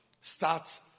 start